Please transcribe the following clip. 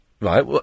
Right